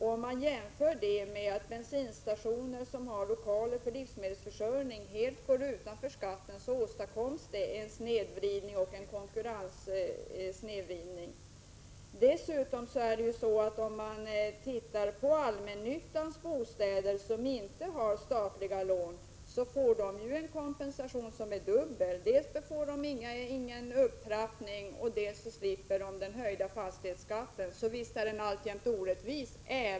Man kan jämföra det med att bensinstationer, som också har lokaler för livsmedelsförsäljning, helt är utanför skatten. Det åstadkommer en konkurrenssnedvridning. Dessutom är det så att allmännyttans bostäder, som inte har statliga lån, får en dubbel kompensation. Dels får de ingen upptrappning, dels slipper de höjningen av fastighetsskatten. Visst är det orättvist.